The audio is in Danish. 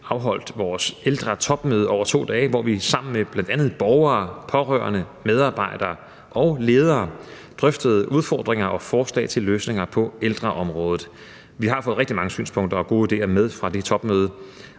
afholdt vores ældretopmøde over to dage, hvor vi sammen med bl.a. borgere, pårørende, medarbejdere og ledere drøftede udfordringer og forslag til løsninger på ældreområdet. Vi har fået rigtig mange synspunkter og gode idéer med fra det topmøde,